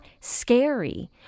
scary